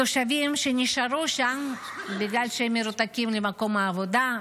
התושבים שנשארו שם בגלל שהם מרותקים למקום העבודה,